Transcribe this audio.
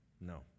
no